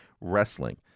wrestling